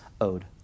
owed